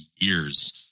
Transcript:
years